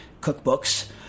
Cookbooks